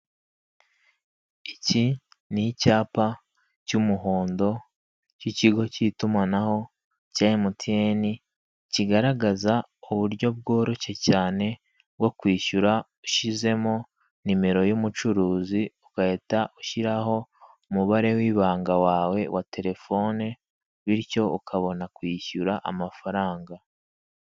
Iki ni icyapa cy'umuhondo cy'ikigo cy'itumanaho cya MTN, kigaragaza k'uburyo bworoshye cyane bwo kwishyura ushyizemo nimero y'umucuruzi ugahita ushyiraho umubare w'ibanga wawe wa telefone, bityo ukabona kwishyura amafaranga.